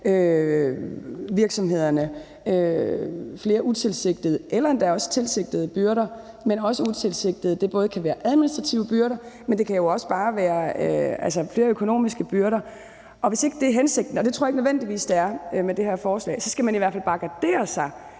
virksomhederne flere utilsigtede eller endda også tilsigtede byrder, men også utilsigtede. Det kan både være administrative byrder, men det kan også bare være flere økonomiske byrder. Og hvis ikke det er hensigten, og det tror jeg ikke nødvendigvis det er med det her forslag, skal man i hvert fald bare gardere sig,